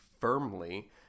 firmly